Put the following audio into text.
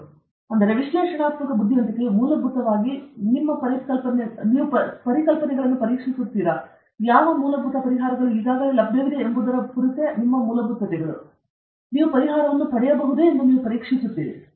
ಆದ್ದರಿಂದ ಈ ವಿಶ್ಲೇಷಣಾತ್ಮಕ ಬುದ್ಧಿವಂತಿಕೆಯು ಮೂಲಭೂತವಾಗಿ ನಿಮ್ಮ ಪರಿಕಲ್ಪನೆಗಳನ್ನು ನಾವು ಪರೀಕ್ಷಿಸುತ್ತಿದ್ದೀರಾ ಯಾವ ಮೂಲಭೂತ ಪರಿಹಾರಗಳು ಈಗಾಗಲೇ ಲಭ್ಯವಿವೆ ಎಂಬುದರ ಕುರಿತು ನಿಮ್ಮ ಮೂಲಭೂತತೆಗಳು ನೀವು ಅದೇ ಪರಿಹಾರವನ್ನು ಪಡೆಯಬಹುದೆ ಎಂದು ನೀವು ಪರೀಕ್ಷಿಸುತ್ತಿದ್ದೀರಿ